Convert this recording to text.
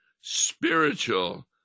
spiritual